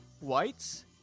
whites